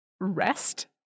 rest